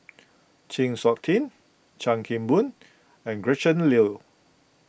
Chng Seok Tin Chan Kim Boon and Gretchen Liu